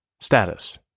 Status